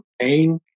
pain